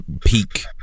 peak